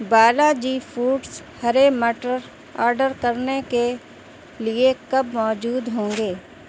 Balaji foods ہرے مٹر order کرنے کے لیے کب موجود ہوں گے